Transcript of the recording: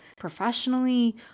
professionally